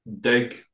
dig